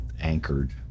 anchored